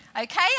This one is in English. Okay